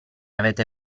avete